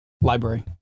library